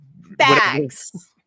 bags